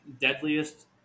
deadliest